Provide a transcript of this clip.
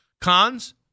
Cons